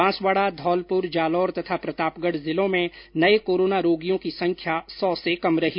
बांसवाडा धौलपुर जालौर तथा प्रतापगढ जिलों में नए कोरोना रोगियों की संख्या सौ से कम रही